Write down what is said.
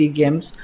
games